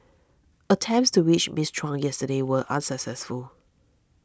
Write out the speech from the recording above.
attempts to reach Miss Chung yesterday were unsuccessful